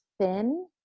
thin